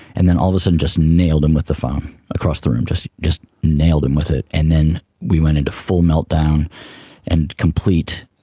and then all of a sudden just nailed him with the phone across the room, just just nailed him with it, and then we went into full meltdown and complete